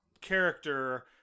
character